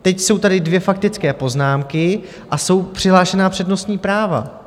Teď jsou tady dvě faktické poznámky a jsou přihlášená přednostní práva.